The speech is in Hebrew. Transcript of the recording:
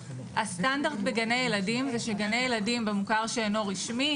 הסטנדרט בגני ילדים זה שגני ילדים במוכר שאינו רשמי